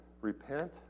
repent